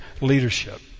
leadership